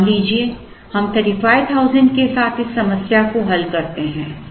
मान लीजिए हम 35000 के साथ इस समस्या को हल करते हैं